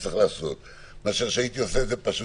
כי כשיש לך את רשימת מספרי הטלפון של האנשים,